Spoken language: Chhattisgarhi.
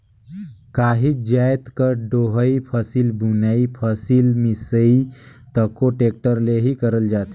काहीच जाएत कर डोहई, फसिल बुनई, फसिल मिसई तको टेक्टर ले ही करल जाथे